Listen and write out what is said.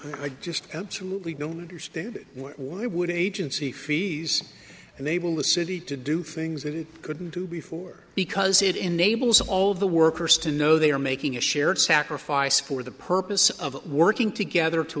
a just absolutely don't understand why would an agency freeze and they will the city to do things they couldn't do before because it enables all the workers to know they are making a shared sacrifice for the purpose of working together to